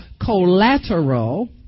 collateral